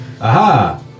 aha